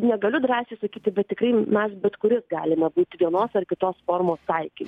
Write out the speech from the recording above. negaliu drąsiai sakyti bet tikrai mes bet kuris galime būti vienos ar kitos formos taikin